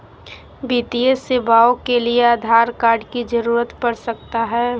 वित्तीय सेवाओं के लिए आधार कार्ड की जरूरत पड़ सकता है?